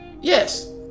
Yes